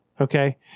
okay